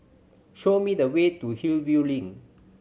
show me the way to Hillview Link